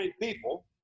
people